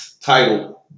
Title